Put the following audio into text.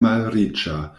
malriĉa